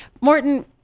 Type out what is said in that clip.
Morton